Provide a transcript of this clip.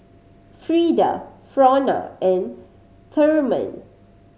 Freeda Frona and Therman